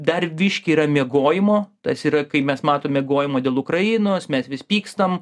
dar biškį yra miegojimo tas yra kai mes matome miegojimo dėl ukrainos mes vis pykstam